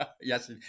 Yes